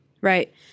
right